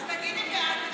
אז תגידי בעד ותבחיני.